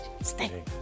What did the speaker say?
Stay